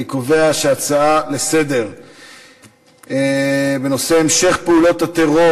אני קובע שההצעה לסדר-היום בנושא המשך פעולות הטרור